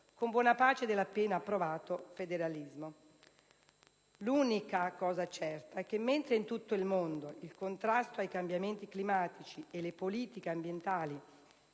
con buona pace dell'appena approvato federalismo. L'unico aspetto certo è che mentre in tutto il mondo il contrasto ai cambiamenti climatici e le politiche ambientali